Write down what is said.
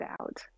out